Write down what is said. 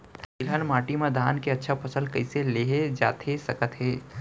तिलहन माटी मा धान के अच्छा फसल कइसे लेहे जाथे सकत हे?